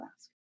ask